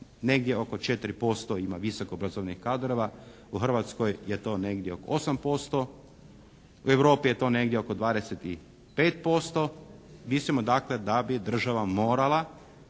negdje oko 4% ima visoko obrazovanih kadrova, u Hrvatskoj je to negdje oko 8%, u Europi je to negdje oko 25%. Mislimo dakle da bi država morala